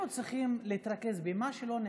אנחנו צריכים להתרכז במה שלא נעשה,